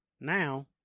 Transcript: Now